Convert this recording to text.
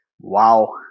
wow